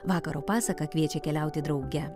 vakaro pasaka kviečia keliauti drauge